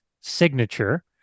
signature